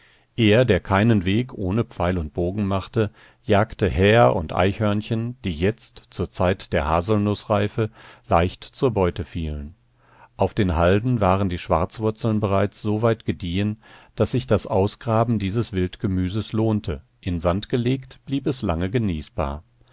er der keinen weg ohne pfeil und bogen machte jagte häher und eichhörnchen die jetzt zur zeit der haselnußreife leicht zur beute fielen auf den halden waren die schwarzwurzeln bereits so weit gediehen daß sich das ausgraben dieses wildgemüses lohnte in sand gelegt blieb es lange genießbar